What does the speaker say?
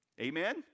Amen